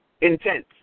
Intense